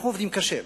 אנחנו עובדים קשה,